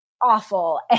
awful